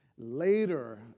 Later